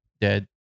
dead